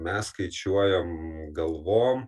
mes skaičiuojam galvom